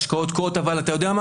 ההשקעות תקועות אבל אתה יודע מה?